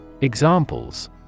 Examples